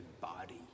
body